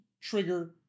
trigger